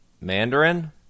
Mandarin